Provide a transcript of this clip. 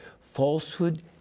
Falsehood